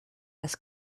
das